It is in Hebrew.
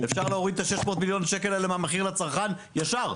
אפשר להוריד את 600 המיליונים האלה מהמחיר לצרכן ישר.